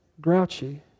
grouchy